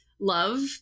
love